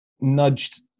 nudged